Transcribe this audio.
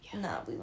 No